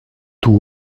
tout